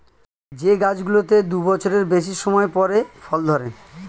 যে গাছগুলোতে দু বছরের বেশি সময় পরে ফল ধরে